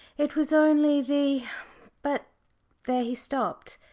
it was only the but there he stopped.